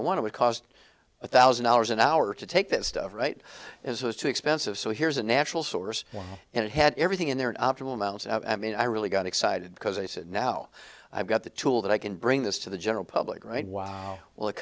it would cost a thousand dollars an hour to take that stuff right as it was too expensive so here's a natural source and it had everything in there an optimal amount and i mean i really got excited because i said now i've got the tool that i can bring this to the general public right now well